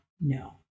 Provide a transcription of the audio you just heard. No